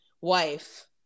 wife